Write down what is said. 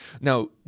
Now